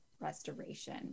restoration